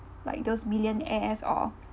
like those millionaires or